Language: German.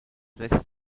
lässt